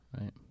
Right